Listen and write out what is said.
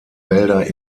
wälder